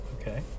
okay